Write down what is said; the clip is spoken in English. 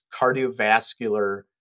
cardiovascular